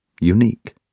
unique